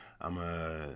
I'ma